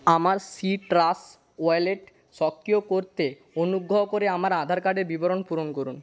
আমার citrus wallet সক্রিয় করতে অনুগ্রহ করে আমার আধার কার্ডের বিবরণ পূরণ করুন